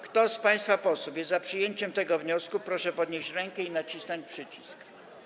Kto z państwa posłów jest za przyjęciem tego wniosku, proszę podnieść rękę i nacisnąć przycisk.